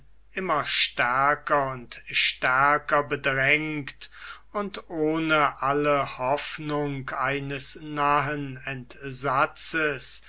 immer stärker und stärker bedrängt und ohne alle hoffnung eines nahen entsatzes